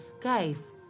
Guys